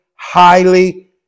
highly